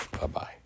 Bye-bye